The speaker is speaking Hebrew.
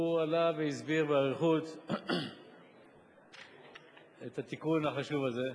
הוא עלה והסביר באריכות את התיקון החשוב הזה.